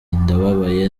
ndababaye